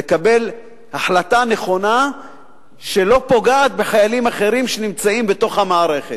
ולקבל החלטה נכונה שלא פוגעת בחיילים אחרים שנמצאים בתוך המערכת.